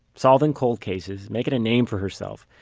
solving cold cases, making a name for herself,